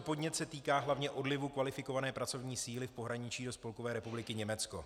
Podnět se týká hlavně odlivu kvalifikované pracovní síly v pohraničí do Spolkové republiky Německo.